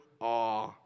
awe